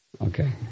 Okay